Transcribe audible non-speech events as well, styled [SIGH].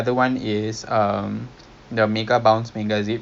so [NOISE] oh my god